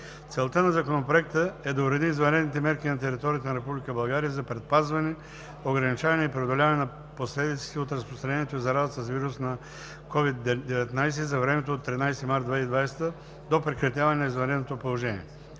Целта на Законопроекта е да уреди извънредните мерки на територията на Република България за предпазване, ограничаване и преодоляване на последиците от разпространението и заразата с вируса на COVID-19 за времето от 13 март 2020 г. до прекратяването на извънредното положение.